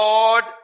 Lord